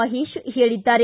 ಮಹೇಶ್ ಹೇಳಿದ್ದಾರೆ